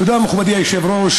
תודה, מכובדי היושב-ראש.